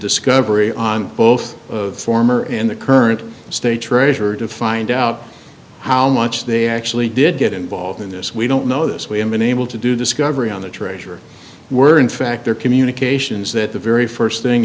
discovery on both of former and the current state treasurer to find out how much they actually did get involved in this we don't know this we have been able to do discovery on the treasury were in fact their communications that the very first thing